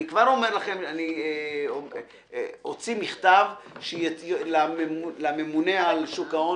אני כבר אומר לכם אני אוציא מכתב לממונה על שוק ההון